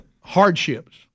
Hardships